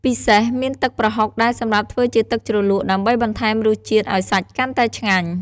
ពិសេសមានទឹកក្រហុកដែលសម្រាប់ធ្វើជាទឹកជ្រលក់ ដើម្បីបន្ថែមរសជាតិឱ្យសាច់កាន់តែឆ្ងាញ់។